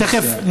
תכף,